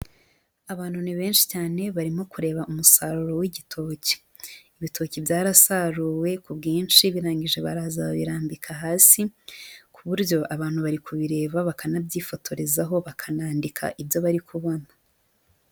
Abantu ni benshi cyane barimo kureba umusaruro w'igitoki. Ibitoki byarasaruwe ku bwinshi birangije baraza babirambika hasi ku buryo abantu bari kubireba bakanabyifotorezaho, bakanandika ibyo bari kubona.